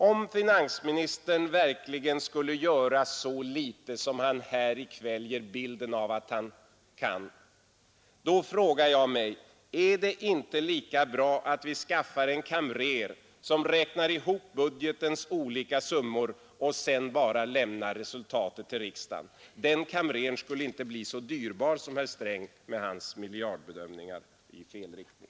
Om finansministern verkligen skulle göra så litet som han här i kväll ger bilden av att han kan göra, då frågar jag mig om det inte är lika bra att vi skaffar en kamrer som räknar ihop budgetens olika summor och sedan bara lämnar resultatet till riksdagen. Den kamreraren skulle inte bli så dyrbar som herr Sträng med hans miljardbedömningar i fel riktning.